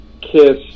kiss